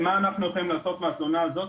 מה אנחנו יכולים לעשות מהתלונה הזאת,